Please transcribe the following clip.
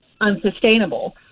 unsustainable